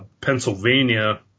Pennsylvania